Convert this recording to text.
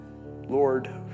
Lord